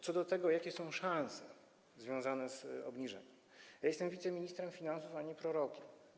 Co do tego, jakie są szanse związane z tym obniżeniem, to ja jestem wiceministrem finansów, a nie prorokiem.